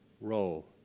role